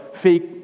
fake